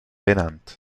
benannt